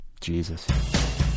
jesus